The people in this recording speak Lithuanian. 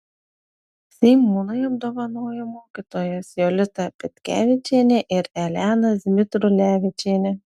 seimūnai apdovanojo mokytojas jolitą petkevičienę ir eleną zmitrulevičienę